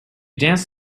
danced